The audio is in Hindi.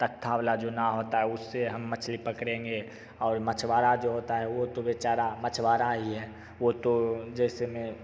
तख्ता वाला जो नाव होता है उससे हम मछली पकड़ेंगे और मछुआरा जो होता है वो तो बेचारा मछुआरा ही है वो तो जैसे में